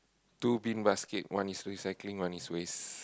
two bin basket one is recycling one is waste